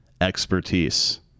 expertise